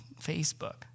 Facebook